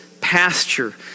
pasture